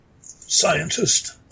scientist